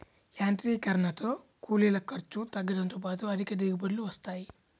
యాంత్రీకరణతో కూలీల ఖర్చులు తగ్గడంతో పాటు అధిక దిగుబడులు వస్తాయి